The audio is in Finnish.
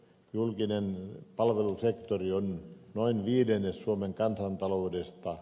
julkinen palvelusektori on noin viidennes suomen kansantaloudesta